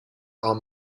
are